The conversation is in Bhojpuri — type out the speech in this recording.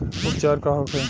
उपचार का होखे?